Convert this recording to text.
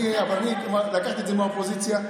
לקחתי את זה מהאופוזיציה.